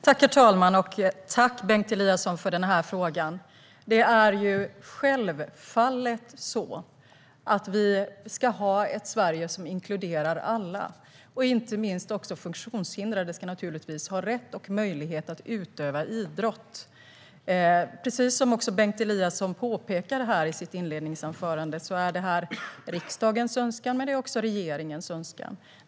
Herr talman! Jag tackar Bengt Eliasson för denna fråga. Det är självfallet så att vi ska ha ett Sverige som inkluderar alla. Inte minst funktionshindrade ska naturligtvis ha rätt och möjlighet att utöva idrott. Precis som Bengt Eliasson påpekar i sin fråga är detta riksdagens önskan, men det är också regeringens önskan.